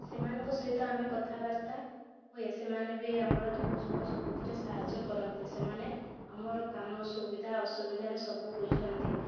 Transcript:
ସେମାନଙ୍କ ସହିତ ଆମେ କଥାବାର୍ତ୍ତା ହୁଏ ସେମାନେ ବି ଆମର ଦୁଃଖସୁଖ ସବୁଥିରେ ସାହାଯ୍ୟ କରନ୍ତି ସେମାନେ ଆମର କାମର ସୁବିଧା ଅସୁବିଧାର ସବୁ ବୁଝନ୍ତି